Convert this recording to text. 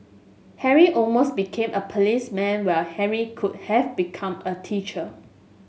Harry almost became a policeman while Henry could have become a teacher